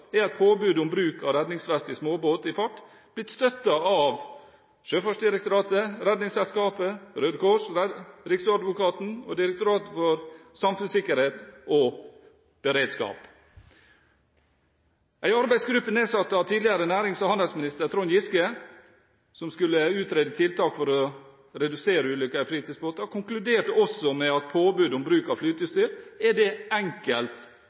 er et påbud om bruk av redningsvest i småbåt i fart blitt støttet av Sjøfartsdirektoratet, Redningsselskapet, Røde Kors, Riksadvokaten og Direktoratet for samfunnssikkerhet og beredskap. En arbeidsgruppe, nedsatt av tidligere nærings- og handelsminister Trond Giske, som skulle utrede tiltak for å redusere ulykker i fritidsbåter, konkluderte også med at påbud om bruk av flyteutstyr er det